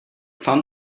found